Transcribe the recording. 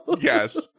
Yes